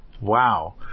wow